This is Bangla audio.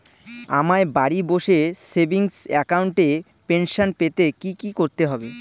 আমায় বাড়ি বসে সেভিংস অ্যাকাউন্টে পেনশন পেতে কি কি করতে হবে?